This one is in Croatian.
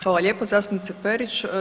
Hvala lijepo zastupnice Perić.